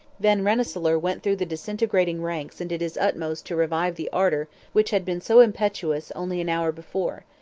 van rensselaer went through the disintegrating ranks and did his utmost to revive the ardour which had been so impetuous only an hour before.